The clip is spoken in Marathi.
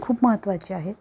खूप महत्त्वाचे आहेत